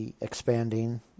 expanding